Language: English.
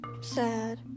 Sad